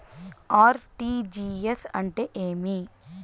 RTGS అంటే ఏమి